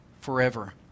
forever